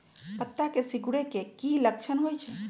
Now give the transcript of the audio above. पत्ता के सिकुड़े के की लक्षण होइ छइ?